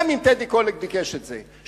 גם אם טדי קולק ביקש את זה.